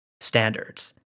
standards